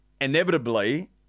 inevitably